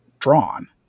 drawn